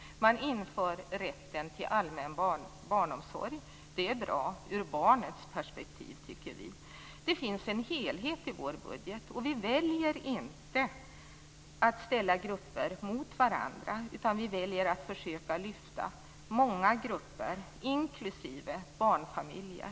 Det införs också rätt till allmän barnomsorg. Det är bra ur barnets perspektiv, tycker vi. Det finns en helhet i vår budget. Vi väljer inte att ställa grupper mot varandra, utan vi väljer att försöka lyfta många grupper, inklusive barnfamiljer.